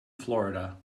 florida